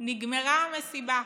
נגמרה המסיבה.